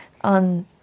on